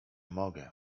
mogę